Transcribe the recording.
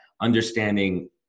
Understanding